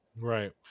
Right